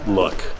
look